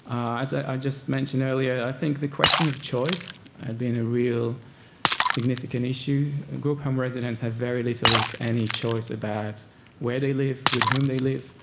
as i just mentioned earlier, i think the question of choice had been a real significant issue. group home residents have very little if any choice about where they live, with whom they live,